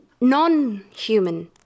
non-human